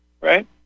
Right